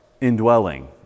Indwelling